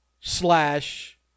slash